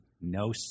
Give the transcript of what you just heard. no